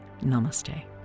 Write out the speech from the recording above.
Namaste